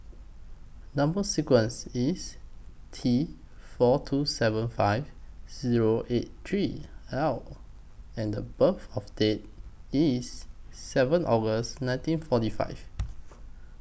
Number sequence IS T four two seven five Zero eight three L and The birth of Date IS seven August nineteen forty five